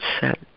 set